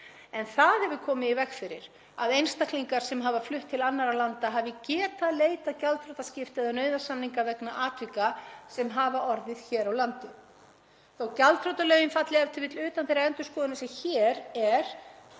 en það hefur komið í veg fyrir að einstaklingar sem hafa flutt til annarra landa hafi getað leitað gjaldþrotaskipta eða nauðasamninga vegna atvika sem hafa orðið hér á landi. Þó að gjaldþrotalögin falli e.t.v. utan þeirrar endurskoðunar sem hér er